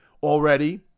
Already